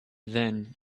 then